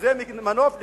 שזה מנוף לקידום,